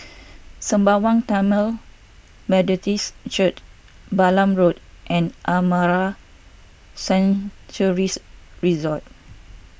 Sembawang Tamil Methodist Church Balam Road and Amara Sanctuaries Resort